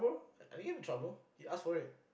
I didn't get into trouble he asked for it